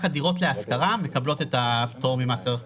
הדירות להשכרה מקבלות את הפטור ממס ערך מוסף.